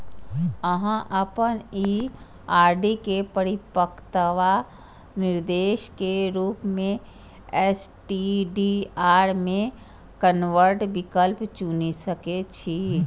अहां अपन ई आर.डी के परिपक्वता निर्देश के रूप मे एस.टी.डी.आर मे कन्वर्ट विकल्प चुनि सकै छी